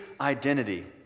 identity